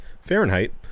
Fahrenheit